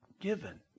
Given